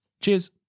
Cheers